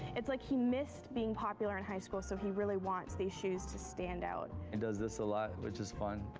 it's like he missed being popular in high school, so he really wants these shoes to stand out. he and does this a lot, which is fun.